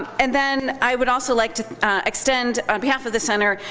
and then i would also like to extend, on behalf of the center,